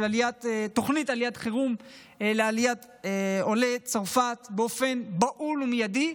תוכנית עליית חירום לעליית עולי צרפת באופן בהול ומיידי,